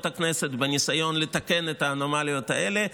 הכנסת בניסיון לתקן את האנומליות האלה,